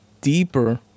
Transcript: deeper